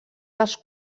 dels